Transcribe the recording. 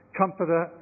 comforter